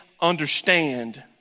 understand